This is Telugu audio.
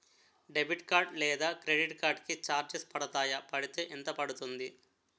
డెబిట్ కార్డ్ లేదా క్రెడిట్ కార్డ్ కి చార్జెస్ పడతాయా? పడితే ఎంత పడుతుంది?